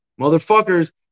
motherfuckers